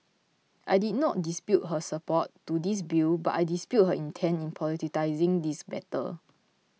I did not dispute her support to this bill but I dispute her intent in politicising this matter